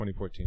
2014